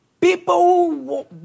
People